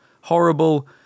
Horrible